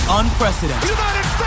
unprecedented